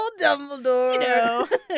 Dumbledore